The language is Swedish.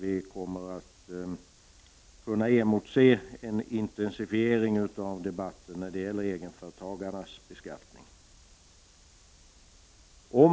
Vi kan nog emotse en intensifiering av debatten när det gäller egenföretagarnas beskattning.